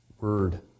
word